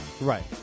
Right